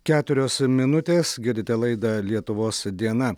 keturios minutės girdite laidą lietuvos diena